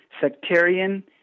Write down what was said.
sectarian